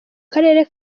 karere